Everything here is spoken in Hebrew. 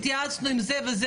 התייעצנו עם זה וזה